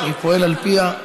אני פועל על פיה.